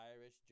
Irish